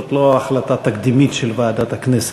זאת לא החלטה תקדימית של ועדת הכנסת.